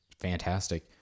fantastic